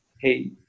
hey